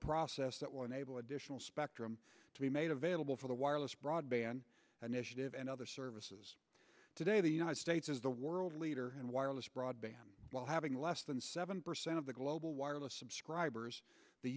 process that will enable additional spectrum to be made available for the wireless broadband an initiative and other services today the united states is the world leader in wireless broadband while having less than seven percent of the global wireless subscribers the